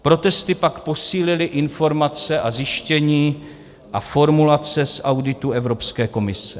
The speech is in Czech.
Protesty pak posílily informace a zjištění a formulace z auditů Evropské komise.